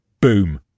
Boom